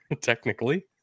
technically